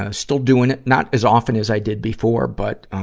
ah still doing it not as often as i did before. but, ah,